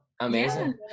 Amazing